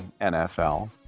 NFL